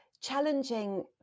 challenging